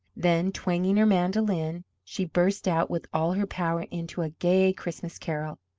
then, twanging her mandolin, she burst out with all her power into a gay christmas carol.